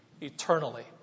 eternally